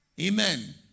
Amen